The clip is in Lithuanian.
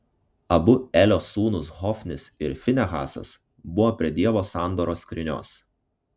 abu elio sūnūs hofnis ir finehasas buvo prie dievo sandoros skrynios